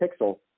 pixel